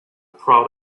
proud